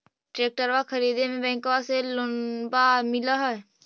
ट्रैक्टरबा खरीदे मे बैंकबा से लोंबा मिल है?